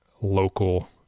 Local